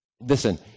Listen